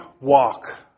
walk